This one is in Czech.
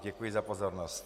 Děkuji za pozornost.